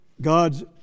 God's